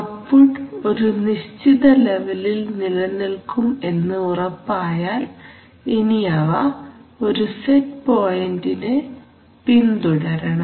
output ഒരു നിശ്ചിത ലവലിൽ നിലനിൽക്കും എന്ന് ഉറപ്പായാൽ ഇനി അവ ഒരു സെറ്റ് പോയിന്റിനെ പിന്തുടരണം